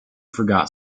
forgot